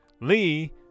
Lee